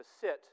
sit